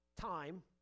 time